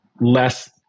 less